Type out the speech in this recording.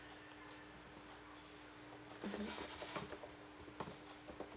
mmhmm